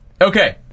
Okay